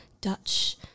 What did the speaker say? dutch